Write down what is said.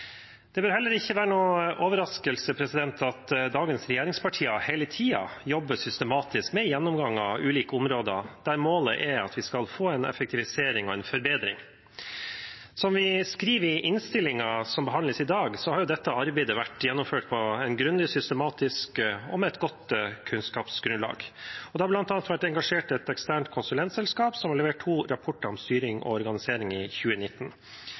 Det bør heller ikke være noen overraskelse at dagens regjeringspartier hele tiden jobber systematisk med gjennomgang av ulike områder, der målet er at vi skal få effektivisering og forbedring. Som vi skriver i innstillingen som behandles i dag, har dette arbeidet vært gjennomført grundig og systematisk og på et godt kunnskapsgrunnlag. Det har bl.a. vært engasjert et eksternt konsulentselskap, som har levert to rapporter om styring og organisering i 2019.